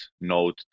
note